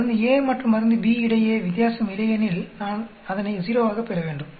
மருந்து A மற்றும் மருந்து B இடையே வித்தியாசம் இல்லையெனில் நான் அதனை 0 ஆக பெறவேண்டும்